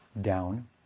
down